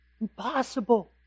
impossible